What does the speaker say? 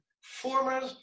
former